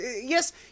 Yes